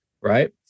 right